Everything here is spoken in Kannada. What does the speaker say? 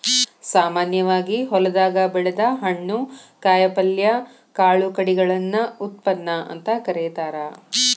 ಸಾಮಾನ್ಯವಾಗಿ ಹೊಲದಾಗ ಬೆಳದ ಹಣ್ಣು, ಕಾಯಪಲ್ಯ, ಕಾಳು ಕಡಿಗಳನ್ನ ಉತ್ಪನ್ನ ಅಂತ ಕರೇತಾರ